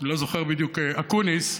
לא זוכר בדיוק, אקוניס,